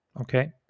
okay